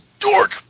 dork